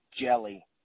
Jelly